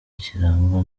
kirangwa